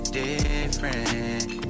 different